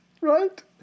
Right